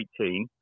2018